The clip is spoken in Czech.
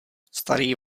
starý